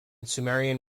sumerian